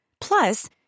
Plus